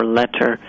letter